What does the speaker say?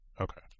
Okay